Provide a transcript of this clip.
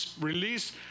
release